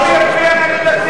אני אצביע נגד הסעיפים.